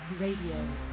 radio